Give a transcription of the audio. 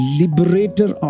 liberator